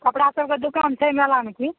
कपड़ा सबके दोकान छै मेलामे कि